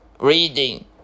reading